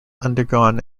undergone